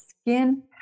skin